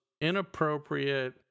inappropriate